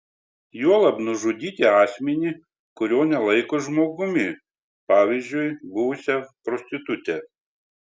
juolab nužudyti asmenį kurio nelaiko žmogumi pavyzdžiui buvusią prostitutę